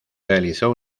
realizó